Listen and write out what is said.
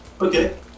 Okay